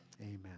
Amen